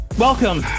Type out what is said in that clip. Welcome